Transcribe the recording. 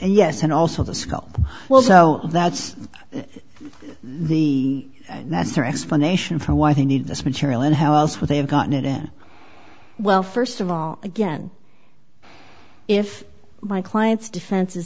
yes and also the skull well so that's the that's their explanation for why they need this material and how else would they have gotten it and well st of all again if my client's defense